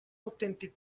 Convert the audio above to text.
autèntic